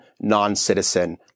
non-citizen